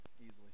easily